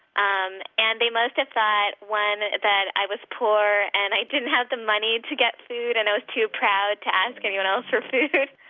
um and they must have thought one, that i was poor, and i didn't have the money to get food and i was too proud to ask anyone else for food,